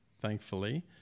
thankfully